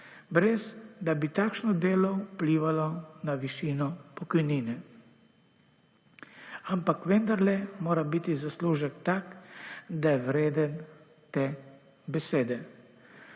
brez, da bi takšno delo vplivalo na višino pokojnine. Ampak vendarle mora biti zaslužek tak, da je vreden te besede.